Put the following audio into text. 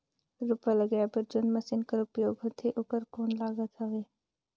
रोपा लगाय बर जोन मशीन कर उपयोग होथे ओकर कौन लागत हवय?